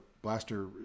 Blaster